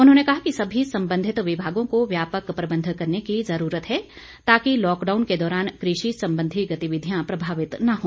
उन्होंने कहा कि सभी संबंधित विभागों को व्यापक प्रबंध करने की जरूरत है ताकि लॉकडाउन के दौरान कृषि संबंधी गतिविधियां प्रभावित न हो